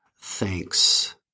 thanks